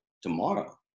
tomorrow